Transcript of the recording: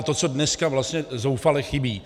To, co dneska vlastně zoufale chybí.